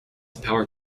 power